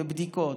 ובדיקות.